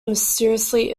mysteriously